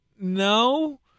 no